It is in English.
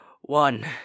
one